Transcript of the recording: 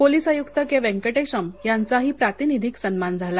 police आयुक्त K Venkatesham यांचाही प्रातिनिधिक सन्मान झाला